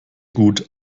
gut